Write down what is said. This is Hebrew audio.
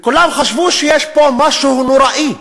וכולם חשבו שיש פה משהו נוראי שקרה.